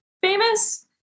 famous